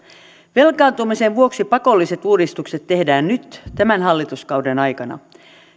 velkaantumisen vuoksi pakolliset uudistukset tehdään nyt tämän hallituskauden aikana